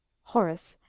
horace,